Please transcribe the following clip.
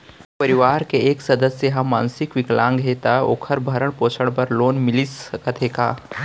परवार के एक सदस्य हा मानसिक विकलांग हे त का वोकर भरण पोषण बर लोन मिलिस सकथे का?